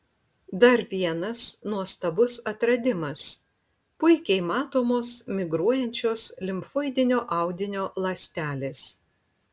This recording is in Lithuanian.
dar vienas nuostabus atradimas puikiai matomos migruojančios limfoidinio audinio ląstelės